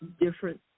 different